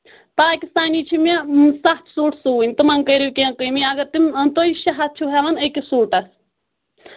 پاکستانی چھِ مےٚ ستھ سوٗٹ سُوٕنۍ تِمن کٔرو کینہہ کٔمی اگر تِم تُہۍ شےٚ ہتھ چھِو ہیوان أکس سوٗٹس